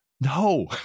No